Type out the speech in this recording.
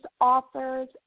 authors